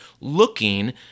looking